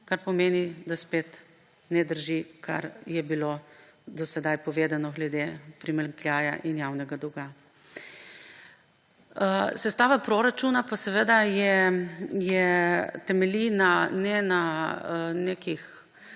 kar pomeni, da spet ne drži, kar je bilo do sedaj povedano glede primanjkljaja in javnega dolga. Sestava proračuna pa seveda ne temelji na nekih